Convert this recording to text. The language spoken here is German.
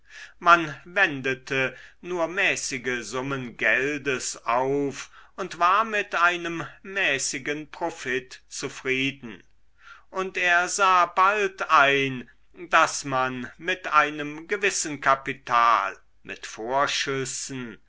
man wendete nur mäßige summen geldes auf und war mit einem mäßigen profit zufrieden und er sah bald ein daß man mit einem gewissen kapital mit vorschüssen